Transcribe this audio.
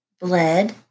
bled